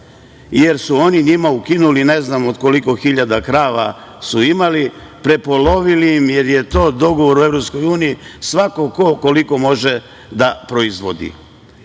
jer su oni njima ukinuli, ne znam od koliko hiljada krava su imali, prepolovili im, jer je to dogovor u Evropskoj uniji svako ko koliko može da proizvodi. Znam